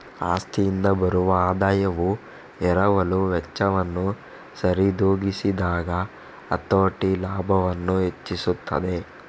ಆಸ್ತಿಯಿಂದ ಬರುವ ಆದಾಯವು ಎರವಲು ವೆಚ್ಚವನ್ನು ಸರಿದೂಗಿಸಿದಾಗ ಹತೋಟಿ ಲಾಭವನ್ನು ಹೆಚ್ಚಿಸುತ್ತದೆ